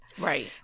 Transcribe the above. Right